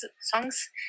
songs